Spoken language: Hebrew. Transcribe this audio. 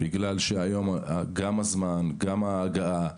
בגלל שהיום גם הזמן, גם ההגעה,